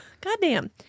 Goddamn